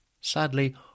Sadly